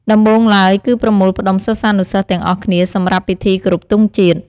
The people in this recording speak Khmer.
ដំបូងឡើយ គឺប្រមូលផ្ដុំសិស្សានុសិស្សទាំងអស់គ្នាសម្រាប់ពិធីគោរពទង់ជាតិ។